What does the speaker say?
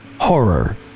horror